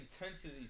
intensity